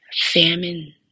famine